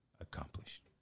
accomplished